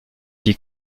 die